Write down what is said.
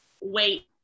wait